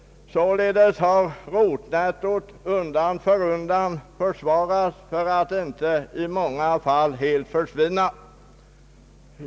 Således har rotnettot undan för undan försvagats, för att inte säga i många fall helt försvunnit.